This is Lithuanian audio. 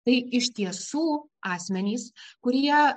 tai iš tiesų asmenys kurie